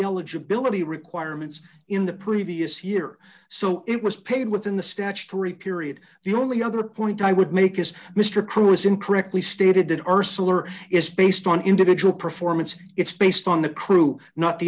eligibility requirements in the previous year so it was paid within the statutory period the only other point i would make is mr true is incorrectly stated that arcelor is based on individual performance it's based on the crew not the